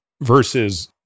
Versus